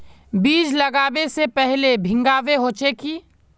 बीज लागबे से पहले भींगावे होचे की?